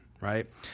right